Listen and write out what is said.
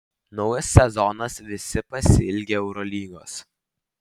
naujas sezonas visi pasiilgę eurolygos